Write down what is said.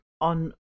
on